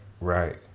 right